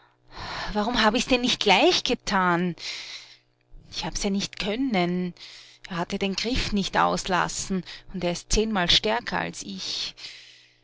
warum hab ich's denn nicht gleich getan ich hab's ja nicht können er hat ja den griff nicht auslassen und er ist zehnmal stärker als ich